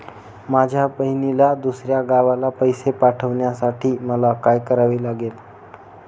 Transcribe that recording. माझ्या बहिणीला दुसऱ्या गावाला पैसे पाठवण्यासाठी मला काय करावे लागेल?